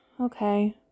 Okay